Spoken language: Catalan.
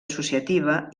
associativa